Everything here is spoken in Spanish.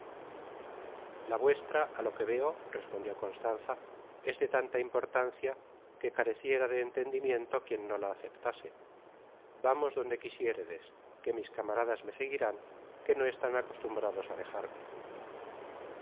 la vuestra á lo que veo respondió constanza es de tanta importancia que careceria de entendimiento quien no la aceptase vamos donde quisiéredes que mis camaradas me seguirán que no están acostumbrados a dejarme